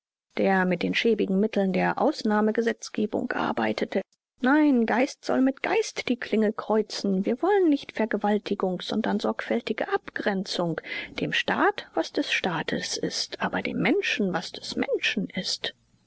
der mit den schäbigen mitteln der ausnahmegesetzgebung arbeitete nein geist soll mit geist die klinge kreuzen wir wollen nicht vergewaltigung sondern sorgfältige abgrenzung dem staat was des staates ist aber dem menschen was des menschen ist